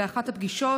באחת הפגישות,